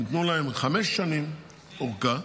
ניתנה להם חמש שנים אורכה,